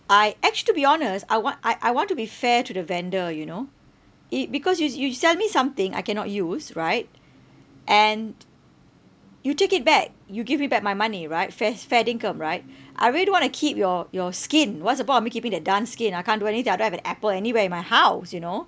I actually to be honest I want I I want to be fair to the vendor you know it because you s~ you you sell me something I cannot use right and you take it back you give me back my money right fas~ fair dinkum right I really don't want to keep your your skin what's the point of me keeping that darned skin I can't do anything I don't have an Apple anywhere in my house you know